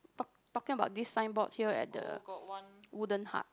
talked talking about this signboard here at the wooden hut